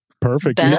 Perfect